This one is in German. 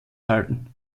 halten